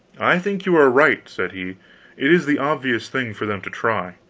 i think you are right, said he it is the obvious thing for them to try.